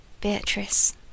Beatrice